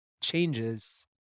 changes